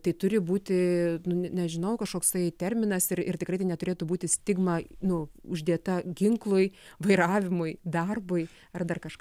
tai turi būti nu nežinau kažkoks tai terminas ir ir tikrai tai neturėtų būti stigma nu uždėta ginklui vairavimui darbui ar dar kažką